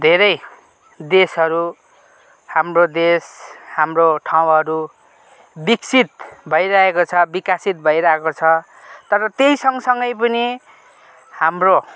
धेरै देशहरू हाम्रो देश हाम्रो ठाँउहरू धेरै नै विक्सित भइरहेको छ बिकसित भइरहेको छ तर त्यहीसँग सँगै पनि हाम्रो